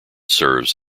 serves